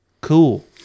Cool